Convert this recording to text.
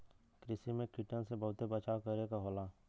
कृषि में कीटन से बहुते बचाव करे क होला